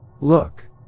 Look